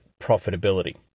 profitability